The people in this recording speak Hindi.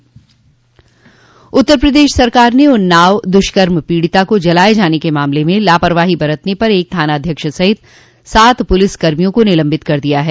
उत्तर प्रदेश सरकार ने उन्नाव दुष्कर्म पीड़िता को जलाए जाने के मामले में लापरवाही बरतने पर एक थानाध्यक्ष सहित सात पुलिस कर्मियों को निलंबित कर दिया है